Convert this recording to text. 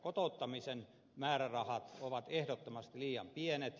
kotouttamisen määrärahat ovat ehdottomasti liian pienet